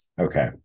Okay